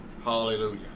Hallelujah